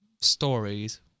stories